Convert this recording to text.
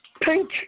pink